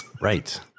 Right